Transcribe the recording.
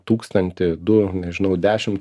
tūkstantį du nežinau dešimt